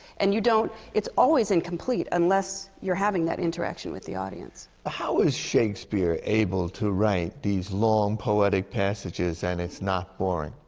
and you don't it's always incomplete, unless you're having that interaction with the audience. ah how is shakespeare able to write these long pathetic passages, and it's not boring?